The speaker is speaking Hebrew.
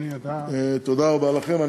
תודה רבה לכם.